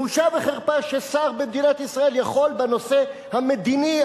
בושה וחרפה ששר במדינת ישראל יכול בנושא המדיני,